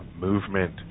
movement